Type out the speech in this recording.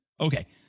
Okay